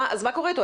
אז מה קורה איתו?